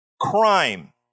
crime